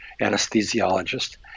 anesthesiologist